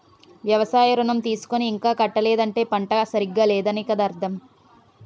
వ్యవసాయ ఋణం తీసుకుని ఇంకా కట్టలేదంటే పంట సరిగా లేదనే కదా అర్థం